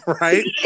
right